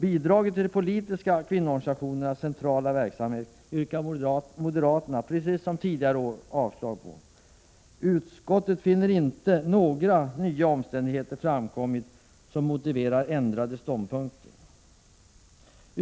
Bidraget till de politiska kvinnoorganisationernas centrala verksamhet yrkar moderaterna — precis som tidigare år — avslag på. Utskottet finner inte att några nya omständigheter framkommit som motiverar ändrade ståndpunkter.